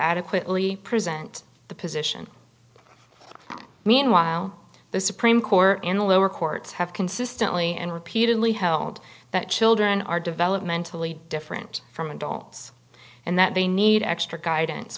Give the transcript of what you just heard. adequately present the position meanwhile the supreme court in the lower courts have consistently and repeatedly held that children are developmentally different from adults and that they need extra guidance